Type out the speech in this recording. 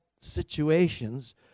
situations